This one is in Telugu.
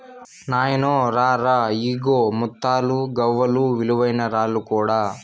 నాయినో రా రా, ఇయ్యిగో ముత్తాలు, గవ్వలు, విలువైన రాళ్ళు కూడా